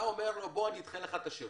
אתה אומר לו: בוא אני אדחה לך את השירות.